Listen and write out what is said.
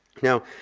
now,